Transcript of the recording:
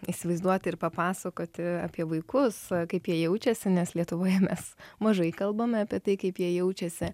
įsivaizduoti ir papasakoti apie vaikus kaip jie jaučiasi nes lietuvoje mes mažai kalbame apie tai kaip jie jaučiasi